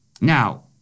Now